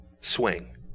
swing